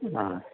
ആ